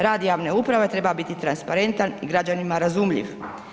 Rad javne uprave treba biti transparentan i građanima razumljiv.